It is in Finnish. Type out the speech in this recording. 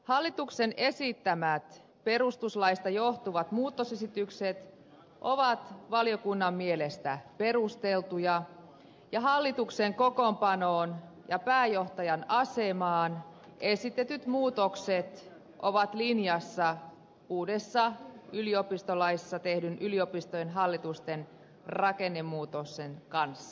hallituksen esittämät perustuslaista johtuvat muutosesitykset ovat valiokunnan mielestä perusteltuja ja hallituksen kokoonpanoon ja pääjohtajan asemaan esitetyt muutokset ovat linjassa uudessa yliopistolaissa tehdyn yliopistojen hallitusten rakennemuutoksen kanssa